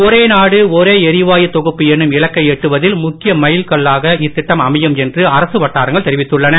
ஒரே நாடு ஒரே எரிவாயுத் தொகுப்பு என்னும் இலக்கை எட்டுவதில் முக்கிய மைல் கல்லாக இத்திட்டம் அமையும் என்று அரசு வட்டாரங்கள் தெரிவித்துள்ளன